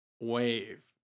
wave